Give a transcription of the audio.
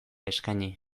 eskaini